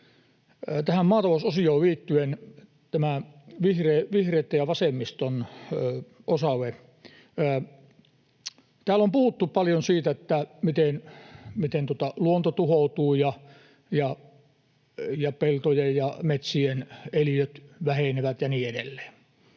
tähän maatalousosioon liittyen vihreitten ja vasemmiston osalle: Täällä on puhuttu paljon siitä, miten luonto tuhoutuu ja peltojen ja metsien eliöt vähenevät ja niin edelleen.